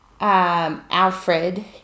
Alfred